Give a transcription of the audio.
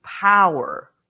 power